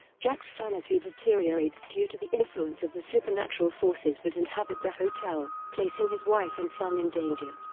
jack's sanity deteriorates due to the influence of the supernatural forces that inhabit the hotel, placing his wife and son in danger.